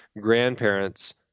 grandparents